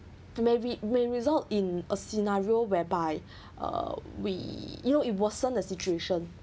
may re~ may result in a scenario whereby uh we you know it worsen